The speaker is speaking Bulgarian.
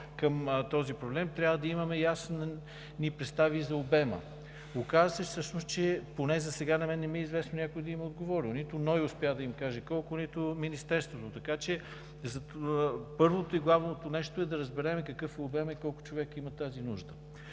към този проблем, трябва да имаме ясни представи за обема. Оказа се всъщност, че поне засега на мен не ми е известно някой да им е отговорил – нито НОИ успя да им каже колко, нито Министерството. Така че първото и главното нещо е да разберем какъв е обемът и колко човека имат тази нужда.